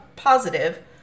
positive